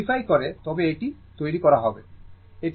সুতরাং sin 2 ω t